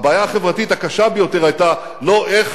הבעיה החברתית הקשה ביותר היתה לא איך